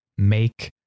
make